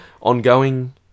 ongoing